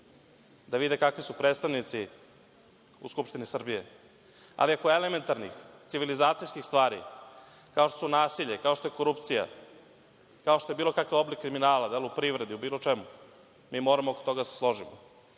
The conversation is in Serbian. da vide kakvi su predstavnici u Skupštini Srbije. Ali, oko elementarnih, civilizacijskih stvari, kao što su nasilje, kao što je korupcija, kao što je bilo kakav oblik kriminala, da li u privredi, u bilo čemu, mi moramo oko toga da se složimo,